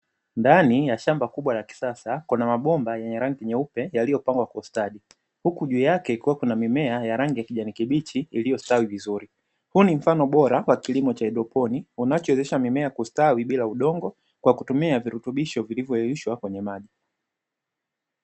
Ndani ya shamba kubwa la kisasa kuna mabomba yenye rangi nyeupe yaliyo pangwa kwa ustadi, huku juu yake kukiwa na mimea ya rangi ya kijani kibichi iliyostawi vizuri. Huu ni mfano bora wa kilimo cha haidroponi kinacho wezesha mimea kustawi bila udongo kwa kutumia virutubisho vilivyo yeyushwa kwenye maji.